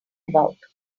about